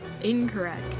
Incorrect